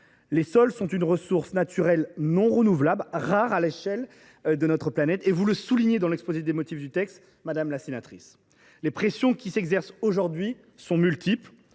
Les sols sont une ressource naturelle non renouvelable à l’échelle humaine, comme vous le soulignez dans l’exposé des motifs du texte, madame la sénatrice. Les pressions qui s’exercent aujourd’hui sur lui sont multiples,